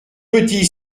petit